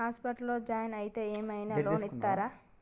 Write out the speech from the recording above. ఆస్పత్రి లో జాయిన్ అయితే ఏం ఐనా లోన్ ఉంటదా?